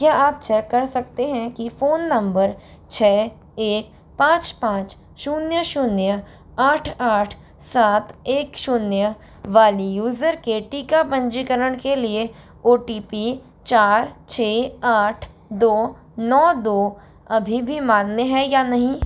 क्या आप चेक कर सकते हैं कि फ़ोन नंबर छः एक पाँच पाँच शून्य शून्य आठ आठ सात एक शून्य वाली यूज़र के टीका पंजीकरण के लिए ओ टी पी चार छः आठ दो नौ दो अभी भी मान्य है या नहीं